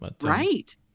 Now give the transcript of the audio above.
Right